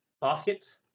basket